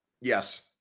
Yes